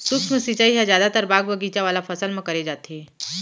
सूक्ष्म सिंचई ह जादातर बाग बगीचा वाला फसल म करे जाथे